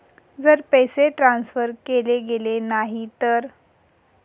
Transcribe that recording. जर पैसे ट्रान्सफर केले गेले नाही तर?